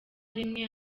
rimwe